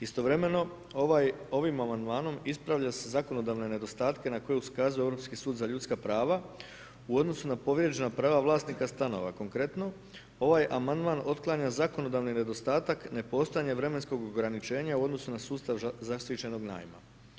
Istovremeno ovim amandmanom ispravlja se zakonodavne nedostatke na koji se ukazuje Europski sud za ljudska prava, u odnosu na povrijeđena prava vlasnika stanova, konkretno, ovaj amandman otklanja zakonodavni nedostatak nepostojanje vremenskog ograničenja u odnosu na sustav zaštićenog najma.